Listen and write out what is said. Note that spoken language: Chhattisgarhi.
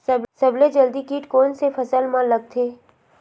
सबले जल्दी कीट कोन से फसल मा लगथे?